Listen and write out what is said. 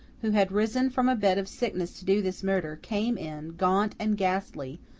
who had risen from a bed of sickness to do this murder, came in, gaunt and ghastly,